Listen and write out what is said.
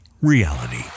reality